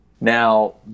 now